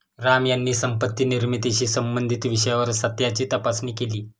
राम यांनी संपत्ती निर्मितीशी संबंधित विषयावर सत्याची तपासणी केली